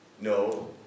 No